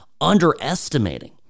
underestimating